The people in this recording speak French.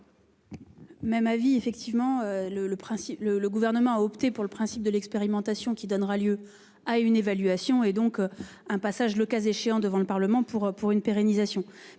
Même avis. Le Gouvernement a opté pour le principe de l'expérimentation, qui donnera lieu à une évaluation, donc à un passage, le cas échéant, devant le Parlement pour sa pérennisation.